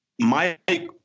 Mike